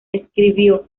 escribió